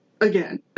again